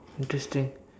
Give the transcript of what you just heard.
interesting